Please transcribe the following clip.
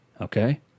Okay